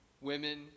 Women